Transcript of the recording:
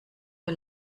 für